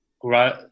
grow